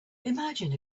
imagine